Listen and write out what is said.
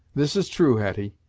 this is true, hetty,